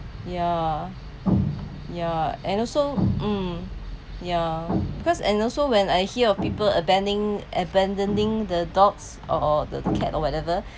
yeah yeah and also mm yeah because and also when I hear of people abandoning abandoning the dogs or the cat or whatever